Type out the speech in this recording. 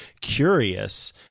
curious